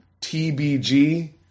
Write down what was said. TBG